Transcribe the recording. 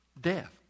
Death